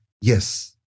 Yes